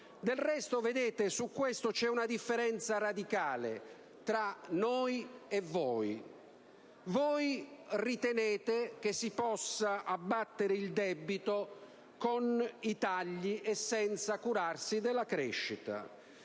Del resto, su questo c'è una differenza radicale tra noi e voi: voi ritenete che si possa abbattere il debito con i tagli e senza curarsi della crescita;